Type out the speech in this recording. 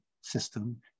system